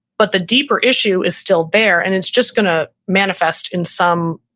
but the deeper issue is still there and it's just going to manifest in some,